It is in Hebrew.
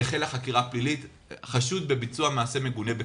החלה חקירה פלילית, חשוד בביצוע מעשה מגונה בקטין.